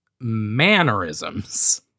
mannerisms